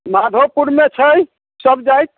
माधोपुरमे छै सभ जाति